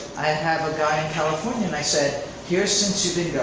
i have a guy in california, and i said here's since you've